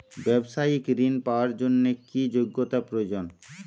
ব্যবসায়িক ঋণ পাওয়ার জন্যে কি যোগ্যতা প্রয়োজন?